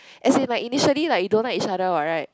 as in like initially like you don't like each other what right